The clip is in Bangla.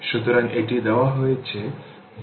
সুতরাং এটি দেওয়া হয়েছে v0 v0